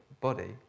body